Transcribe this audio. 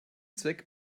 zweck